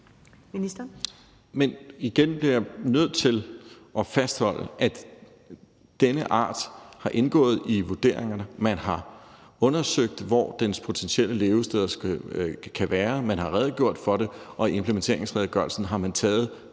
Men igen bliver jeg nødt til at fastholde, at denne art har indgået i vurderingerne. Man har undersøgt, hvor dens potentielle levesteder kan være. Man har redegjort for det, og i implementeringsredegørelsen har man taget